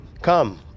Come